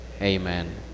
amen